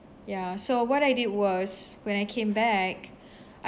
ya so what I did was when I came back I've